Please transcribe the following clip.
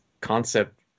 concept